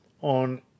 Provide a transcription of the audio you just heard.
on